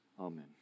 Amen